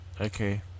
Okay